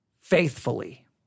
faithfully